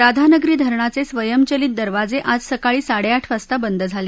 राधानगरी धरणाच स्वयंचलित दरवाज आज सकाळी साडक्कीठ वाजता बंद झाल